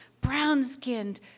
brown-skinned